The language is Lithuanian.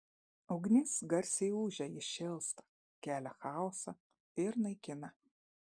ugnis garsiai ūžia ji šėlsta kelia chaosą ir naikina